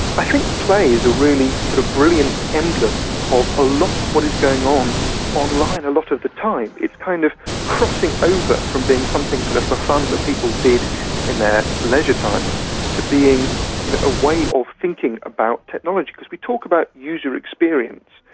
i think play is a really sort of brilliant emblem of a lot of what is going on online a lot of the time. it's kind of crossing over from being something sort of for fun that people did in their leisure time to being you know a way of thinking about technology. because we talk about user experience,